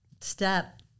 step